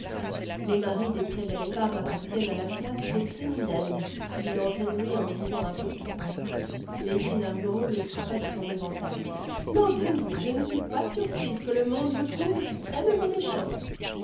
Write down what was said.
les maris des très belles femmes appartiennent à la classe des criminels dit lord henry en buvant à petits coups lady narborough le frappa de son éventail lord henry je ne suis pas surprise que le monde vous trouve extrêmement méchant